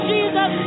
Jesus